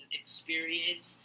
experience